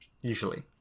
usually